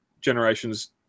generation's